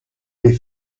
les